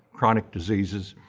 chronic diseases,